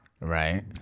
Right